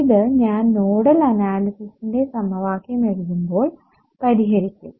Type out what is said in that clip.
ഇത് ഞാൻ നോഡൽ അനാലിസിസിന്റെ സമവാക്യം എഴുതുമ്പോൾ പരിഹരിക്കും